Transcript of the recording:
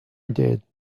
did